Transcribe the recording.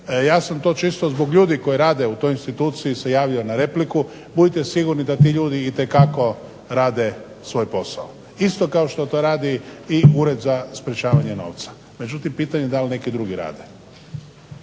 ja sam to često zbog ljudi koji rade u instituciji se javio na repliku, budite sigurni da ti ljudi itekako rade svoj posao, isto kao što to radi Ured za sprečavanje novca, međutim, pitanje da li neki drugi rade.